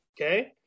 okay